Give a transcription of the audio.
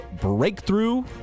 Breakthrough